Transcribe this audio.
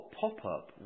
pop-up